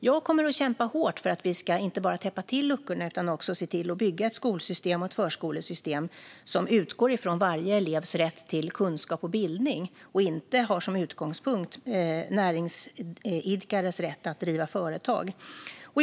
Jag kommer att kämpa hårt för att vi inte bara ska täppa till luckorna utan för att vi också ska bygga ett skolsystem och ett förskolesystem som utgår från varje elevs rätt till kunskap och bildning och inte har näringsidkares rätt att driva företag som utgångspunkt.